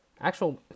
actual